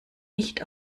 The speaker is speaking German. nicht